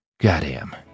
Goddamn